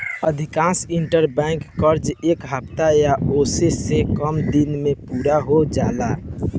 अधिकांश इंटरबैंक कर्जा एक हफ्ता या ओसे से कम दिन में पूरा हो जाला